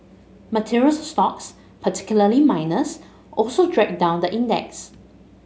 materials stocks particularly miners also dragged down the index